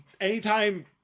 anytime